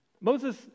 Moses